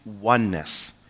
oneness